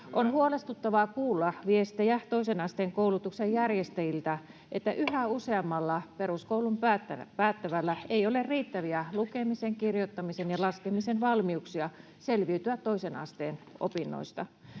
On huolestuttavaa kuulla viestejä toisen asteen koulutuksen järjestäjiltä, että yhä useammalla peruskoulun päättävällä ei ole riittäviä lukemisen, kirjoittamisen ja laskemisen valmiuksia selviytyä toisen asteen opinnoista.